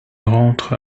rentre